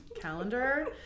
calendar